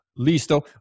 listo